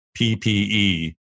PPE